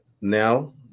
now